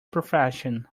profession